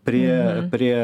prie prie